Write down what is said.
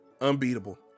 unbeatable